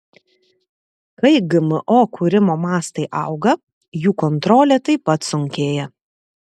kai gmo kūrimo mastai auga jų kontrolė taip pat sunkėja